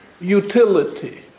utility